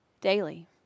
daily